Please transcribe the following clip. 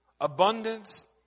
abundance